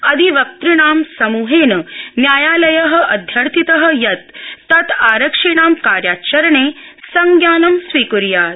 अधिवक्तृणां समूहेन न्यायालय अध्यर्थित यत् तत् आरक्षिणां कार्याचरणे संज्ञानं स्वीक्यात्